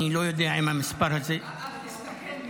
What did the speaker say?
אני לא יודע אם המספר הזה --- אל תסתכן --- כן.